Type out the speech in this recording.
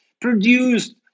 produced